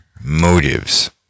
motives